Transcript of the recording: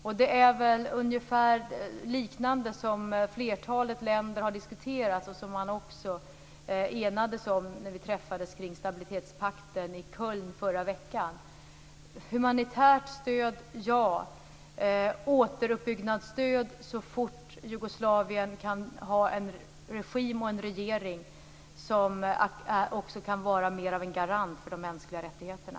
Flertalet länder har diskuterat på ungefär liknande sätt, och man enades också om detta när vi träffades kring stabilitetspakten i Köln i förra veckan. Det skall vara ett humanitärt stöd. Och det skall vara ett återuppbyggnadsstöd så fort Jugoslavien har en regim och en regering som kan vara mer av en garant för de mänskliga rättigheterna.